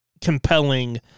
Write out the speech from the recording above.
compelling